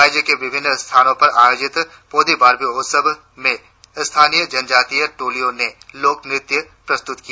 राज्य के विभिन्न स्थानों पर आयोजित पोदी बार्बी उत्सव में स्थानीय जनतातिय टोलियों ने लोकनृत्य प्रस्तुत किया